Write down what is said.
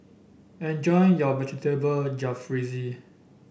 enjoy your Vegetable Jalfrezi